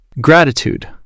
Gratitude